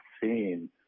seen